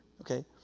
Okay